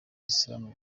islam